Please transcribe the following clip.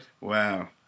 Wow